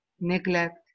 neglect